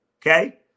okay